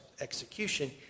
execution